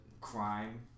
crime